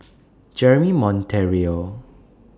Jeremy Monteiro